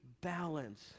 balance